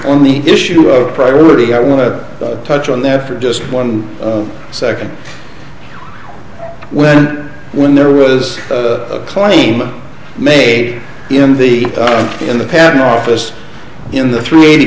on the issue of priority i want to touch on that for just one second when when there was a claim made in the in the patent office in the three eighty